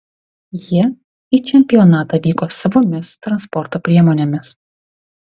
jie į čempionatą vyko savomis transporto priemonėmis